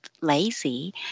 lazy